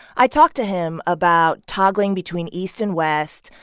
i talked to him about toggling between east and west,